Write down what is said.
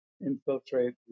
Infiltrate